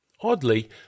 Oddly